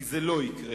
כי זה לא יקרה.